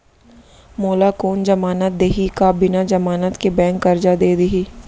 मोला कोन जमानत देहि का बिना जमानत के बैंक करजा दे दिही?